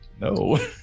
No